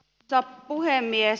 arvoisa puhemies